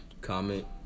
comment